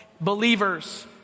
believers